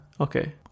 Okay